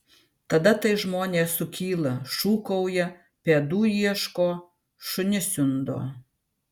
tada tai žmonės sukyla šūkauja pėdų ieško šunis siundo